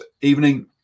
evening